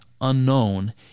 unknown